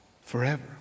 forever